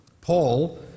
Paul